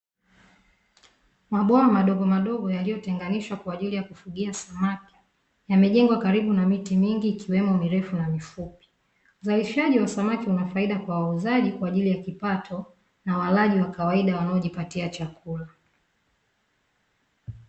Mabwawa madogo madogo yaliyotenganishwa kwaajili ya kufugia samaki, yamejengwa karibu na miti mingi ikiwemo, mirefu na mifupi. Uzalishaji wa samaki una faida kwa wauzaji kwaajili ya kipato, na walaji wa kawaida, wanaojipatia chakula.